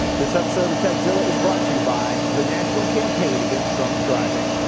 this episode of tekzilla is brought to you by the national campaign against drunk driving.